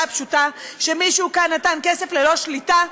הפשוטה שמישהו כאן נתן כסף ללא שליטה.